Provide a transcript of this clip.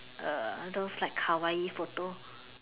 uh those like Hawaii photo